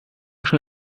schon